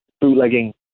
bootlegging